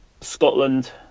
Scotland